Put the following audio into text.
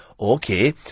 Okay